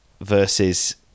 versus